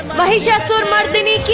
mahishasura mardhini.